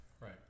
right